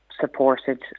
supported